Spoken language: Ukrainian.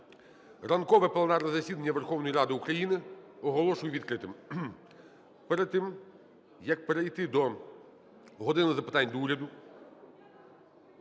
Ранкове пленарне засідання Верховної Ради України оголошую відкритим. Перед тим, як перейти до "години запитань до Уряду",